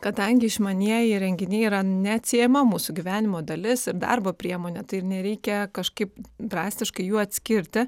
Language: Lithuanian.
kadangi išmanieji įrenginiai yra neatsiejama mūsų gyvenimo dalis ir darbo priemonė tai ir nereikia kažkaip drastiškai jų atskirti